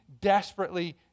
desperately